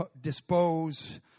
dispose